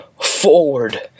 forward